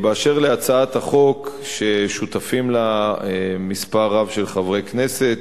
אשר להצעת החוק ששותפים לה מספר רב של חברי כנסת,